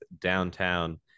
downtown